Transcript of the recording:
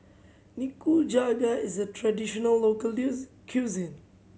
nikujaga is a traditional local cuisine